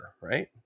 right